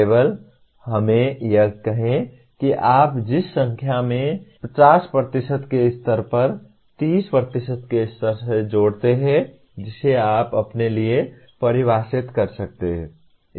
केवल हमें यह कहें कि आप जिस भी संख्या को 50 के स्तर पर 30 के स्तर से जोड़ते हैं जिसे आप अपने लिए परिभाषित कर सकते हैं